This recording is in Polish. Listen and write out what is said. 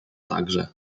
także